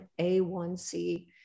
A1C